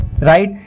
right